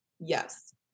Yes